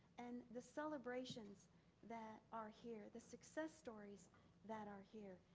and the celebrations that are here, the success stories that are here.